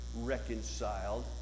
reconciled